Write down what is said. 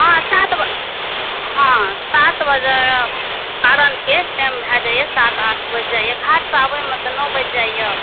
हॅं सात बजे हॅं सात बजे पारण के टाइम भऽ जाइया सात आठ बजि जाइया घाट सऽ आबय मे तऽ नओ बजि जाइया